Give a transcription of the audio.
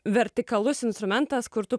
vertikalus instrumentas kur tu